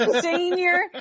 Senior